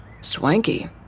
Swanky